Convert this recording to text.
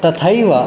तथैव